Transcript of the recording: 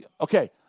Okay